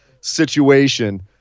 situation